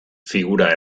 figura